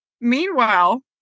Meanwhile